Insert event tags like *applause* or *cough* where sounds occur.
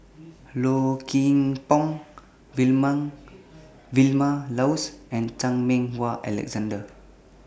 Low Kim Pong *unintelligible* Vilma Laus and Chan Meng Wah Alexander